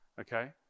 okay